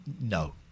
no